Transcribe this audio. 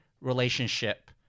relationship